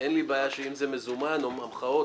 אין לי בעיה אם זה מזומן או המחאות.